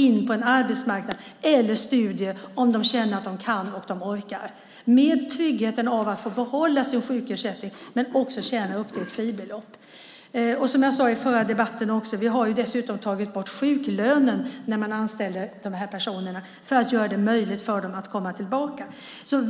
in på arbetsmarknaden eller i studier - om de känner att de kan och orkar - med tryggheten att de får behålla sin sjukersättning och också kan tjäna pengar upp till ett fribelopp. Som jag sade i den tidigare debatten har vi dessutom tagit bort sjuklönen när man anställer dessa personer just för att göra det möjligt för dem att komma tillbaka.